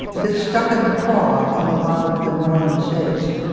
this stuck in the craw of a lot of the northern states,